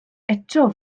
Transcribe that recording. eto